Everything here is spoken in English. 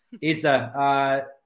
Isa